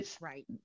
Right